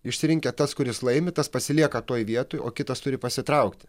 išsirinkę tas kuris laimi tas pasilieka toje vietoj o kitas turi pasitraukti